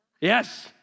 Yes